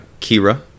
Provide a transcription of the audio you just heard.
kira